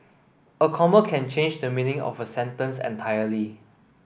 a comma can change the meaning of a sentence entirely